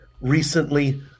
recently